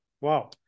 wow